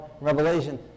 Revelation